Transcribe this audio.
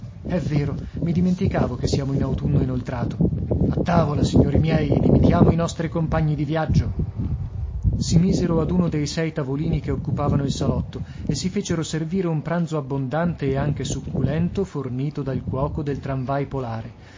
è vero mi dimenticavo che siamo in autunno inoltrato a tavola signori miei ed imitiamo i nostri compagni di viaggio si misero ad uno dei sei tavolini che occupavano il salotto e si fecero servire un pranzo abbondante e anche succulento fornito dal cuoco del tramvai polare